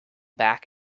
back